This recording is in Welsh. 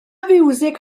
fiwsig